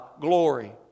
glory